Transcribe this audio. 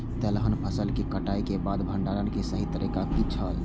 तेलहन फसल के कटाई के बाद भंडारण के सही तरीका की छल?